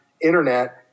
internet